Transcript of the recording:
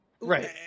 Right